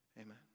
Amen